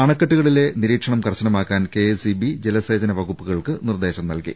അണക്കെട്ടുകളിൽ നിരീക്ഷണം കർശനമാക്കാൻ കെഎസ്ഇബി ജലസേചന വകുപ്പുകൾക്കും നിർദേശം നൽകി